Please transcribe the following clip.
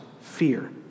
fear